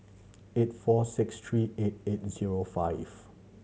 eight four six three eight eight zero five